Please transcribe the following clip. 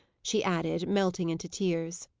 she added, melting into tears.